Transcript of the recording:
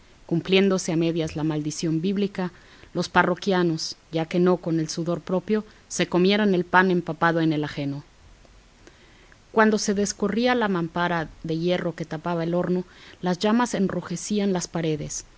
cumpliéndose a medias la maldición bíblica los parroquianos ya que no con el sudor propio se comieran el pan empapado en el ajeno cuando se descorría la mampara de hierro que tapaba el horno las llamas enrojecían las paredes